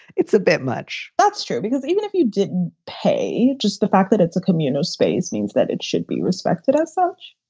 it's a bit much that's true. because even if you didn't pay. just the fact that it's a communal space means that it should be respected as such,